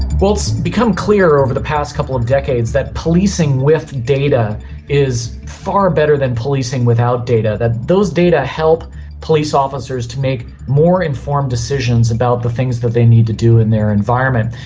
well, it's become clear over the past couple of decades that policing with data is far better than policing without data, that those data help police officers to make more informed decisions about the things that they need to do in their environment.